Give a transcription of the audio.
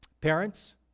Parents